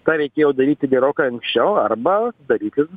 tą reikėjo daryti gerokai anksčiau arba daryti